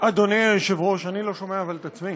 אדוני היושב-ראש, אבל אני לא שומע את עצמי.